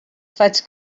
faig